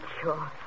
sure